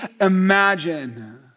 imagine